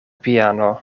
piano